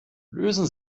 lösen